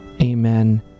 Amen